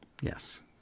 Yes